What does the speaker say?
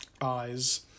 eyes